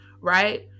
right